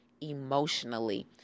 emotionally